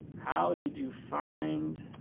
how did you find